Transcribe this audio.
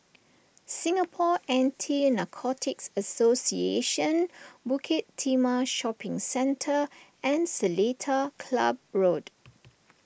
Singapore Anti Narcotics Association Bukit Timah Shopping Centre and Seletar Club Road